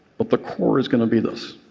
but the core is going to be this,